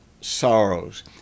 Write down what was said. sorrows